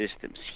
systems